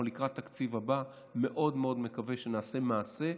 לקראת התקציב הבא אני מאוד מקווה שנעשה מעשה,